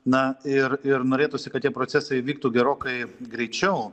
na ir ir norėtųsi kad tie procesai vyktų gerokai greičiau